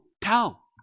tell